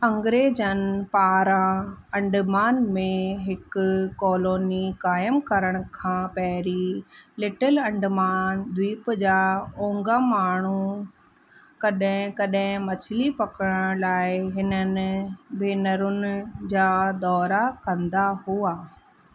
अंग्रेज़नि पारां अंडमान में हिकु कॉलोनी क़ाइमु करण खां पहिरीं लिटिल अंडमान द्वीप जा औंगा माण्हू कड॒हिं कड॒हिं मछली पकड़ण लाइ हिननि भेनरुनि जा दौरा कंदा हुआ